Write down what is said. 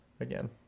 again